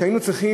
כשהיינו צריכים,